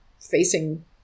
facing